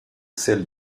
celle